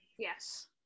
Yes